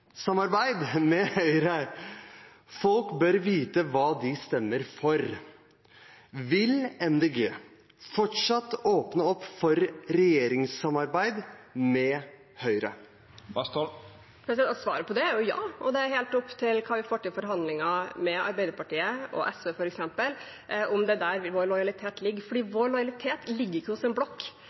med Høyre. Folk bør vite hva de stemmer for. Vil Miljøpartiet De Grønne fortsatt åpne opp for regjeringssamarbeid med Høyre? Svaret på det er ja. Det er helt opp til hva vi får til i forhandlinger med Arbeiderpartiet og SV, f.eks., om det er der vår lojalitet ligger. Vår lojalitet ligger ikke hos en blokk.